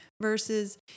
versus